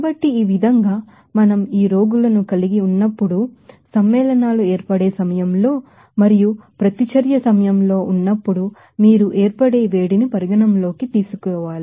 కాబట్టి ఈ విధంగా మనం ఈ రోగులను కలిగి ఉన్నప్పుడు సమ్మేళనాలు ఏర్పడే సమయంలో మరియు ప్రతిచర్య సమయంలో ఉన్నప్పుడు మీరు ఏర్పడే వేడిని పరిగణనలోకి తీసుకోవాలి